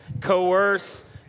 coerce